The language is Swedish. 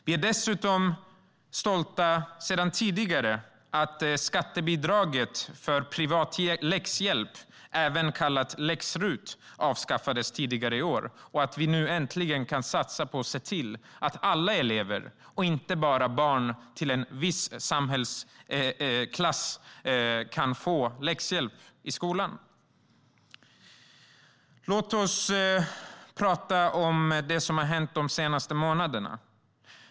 Vi är sedan tidigare stolta över att skattebidraget för privat läxhjälp, även kallat läx-RUT, avskaffades tidigare i år och över att vi nu äntligen kan satsa på att se till att alla elever, inte bara barn i en viss samhällsklass, ska få läxhjälp i skolan. Låt oss tala om det som har hänt de senaste månaderna!